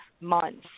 months